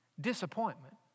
Disappointment